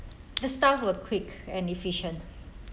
the staff were quick and efficient